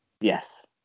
Yes